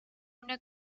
una